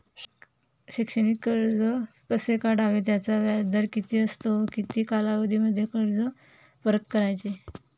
शैक्षणिक कर्ज कसे काढावे? त्याचा व्याजदर किती असतो व किती कालावधीमध्ये कर्ज परत करायचे?